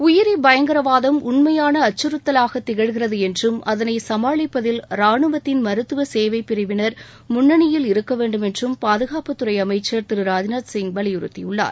உயிரி பயங்கரவாதம் உண்மையான அச்சுறுத்தலாக திகழ்கிறது என்றும் அதனை சமாளிப்பதில் ராணுவத்தின் மருத்துவ சேவைப் பிரிவினர் முன்னணியில் இருக்க வேண்டுமென்றும் பாதுகாப்புத்துறை அமைச்சர் திரு ராஜ்நாத்சிங் வலியுறுத்தியுள்ளார்